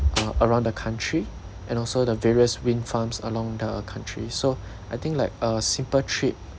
uh around the country and also the various wind farms along the country so I think like a simple trip